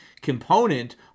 component